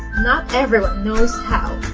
not everyone knows how.